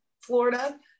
Florida